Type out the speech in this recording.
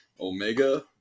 Omega